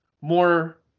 more